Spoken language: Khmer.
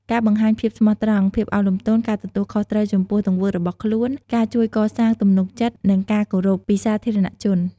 ការបង្ហាញភាពស្មោះត្រង់ ភាពឧ៌នលំទោន ការទទួលខុសត្រូវចំពោះទង្វើរបស់ខ្លួន ការជួយកសាង ទំនុកចិត្ត និងការគោរព ពីសាធារណជន។